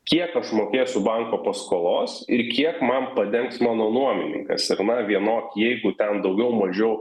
kiek aš mokėsiu banko paskolos ir kiek man padengs mano nuomininkas ir na vienok jeigu ten daugiau mažiau